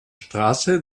straße